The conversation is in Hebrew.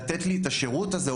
של המשטרה לתת לי את השירות הזה,